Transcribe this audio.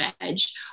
edge